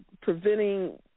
preventing